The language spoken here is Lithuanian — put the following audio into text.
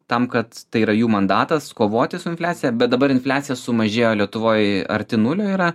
tam kad tai yra jų mandatas kovoti su infliacija bet dabar infliacija sumažėjo lietuvoj arti nulio yra